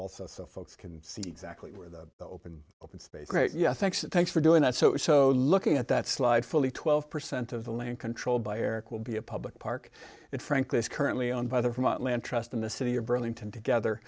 also so folks can see exactly where the open open space great yeah thanks thanks for doing that so so you looking at that slide fully twelve percent of the land controlled by air it will be a public park it frankly is currently owned by the from atlanta trust in the city of burlington together